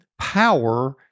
power